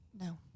no